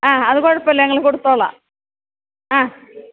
ആ അത് കുഴപ്പമില്ല ഞങ്ങൾ കൊടുത്തോളാം ആ